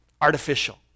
artificial